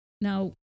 now